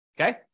Okay